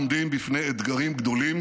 אנחנו עומדים בפני אתגרים גדולים